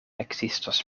ekzistos